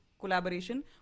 collaboration